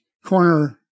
corner